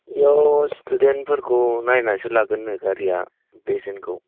बेयाव स्टुडेन्टफोरखौ नायनासो लागोननो गारिया बेसेनखौ